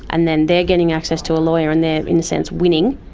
and then they're getting access to a lawyer and they are, in a sense, winning,